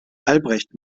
albrecht